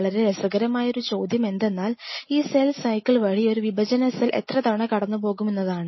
വളരെ രസകരമായ ഒരു ചോദ്യമെണ്ടെന്നാൽ ഈ സെൽ സൈക്കിൾ വഴി ഒരു വിഭജന സെൽ എത്ര തവണ കടന്നുപോകുമെന്നതാണ്